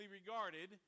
regarded